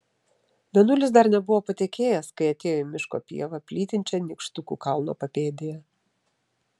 mėnulis dar nebuvo patekėjęs kai atėjo į miško pievą plytinčią nykštukų kalno papėdėje